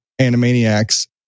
Animaniacs